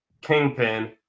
Kingpin